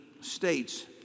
states